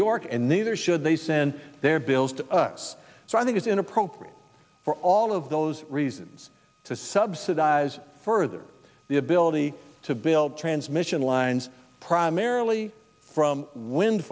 york and neither should they send their bills to us so i think it's inappropriate for all of those reasons to subsidize further the ability to build transmission lines primarily from wind